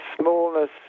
smallness